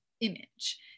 image